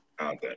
Okay